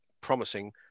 promising